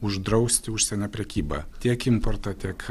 uždrausti užsienio prekybą tiek importą tiek